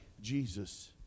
Jesus